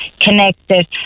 connected